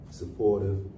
supportive